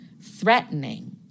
threatening